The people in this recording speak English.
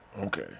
Okay